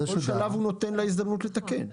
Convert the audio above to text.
בכל שלב הוא נותן לו הזדמנות לתקן.